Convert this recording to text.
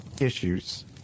issues